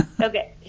Okay